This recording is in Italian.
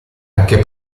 anche